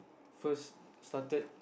first started